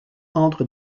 entre